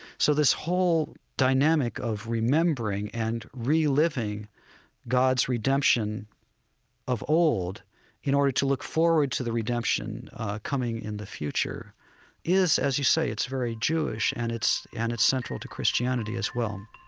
so this whole dynamic of remembering and reliving god's redemption of old in order to look forward to the redemption coming in the future is, as you say, it's very jewish, and it's and it's central to christianity as well